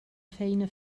feina